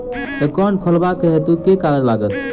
Account खोलाबक हेतु केँ कागज लागत?